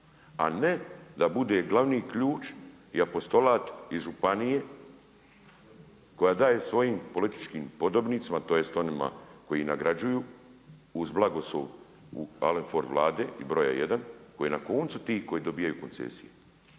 A ne da bude glavni ključ i apostolat i županije koja daje svojim političkim podobnicima tj. onima koji nagrađuju uz blagoslov Alan Ford Vlade i broja 1 koji na koncu tih koji dobivaju koncesije.